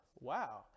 Wow